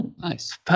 nice